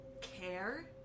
care